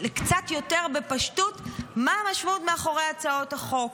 קצת יותר בפשטות מה המשמעות מאחורי הצעות החוק.